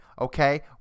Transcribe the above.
Okay